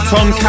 Tom